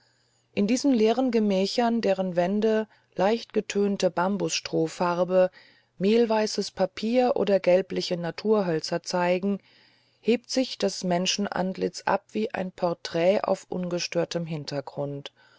in diesen leeren gemächern deren wände leicht getönte bambusstrohfarbe mehlweißes papier oder gelbliche naturhölzer zeigen hebt sich das menschenantlitz ab wie ein porträt auf ungestörtem hintergrund